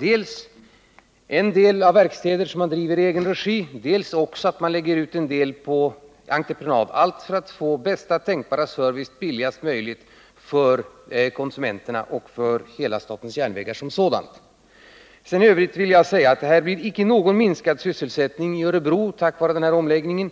dels att man skall ha vissa verkstäder som drivs i egen regi, dels att man också lägger ut visst arbete på entreprenad — allt för att få bästa tänkbara service så billigt som möjligt för konsumenterna och för hela SJ som sådant. F. ö. vill jag säga att det inte blir någon minskad sysselsättning i Örebro på grund av den här omläggningen.